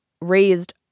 raised